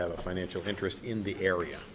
have a financial interest in the area